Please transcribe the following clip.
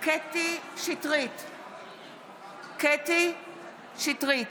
קטי קטרין שטרית,